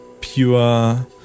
pure